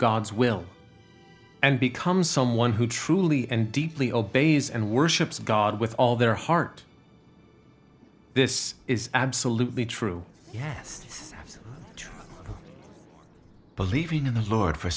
god's will and become someone who truly and deeply obeys and worships god with all their heart this is absolutely true yes it's true believing in the lord for